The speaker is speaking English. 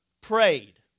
prayed